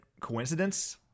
coincidence